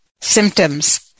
symptoms